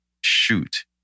Shoot